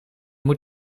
moet